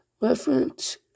Reference